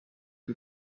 kui